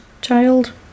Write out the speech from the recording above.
child